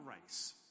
race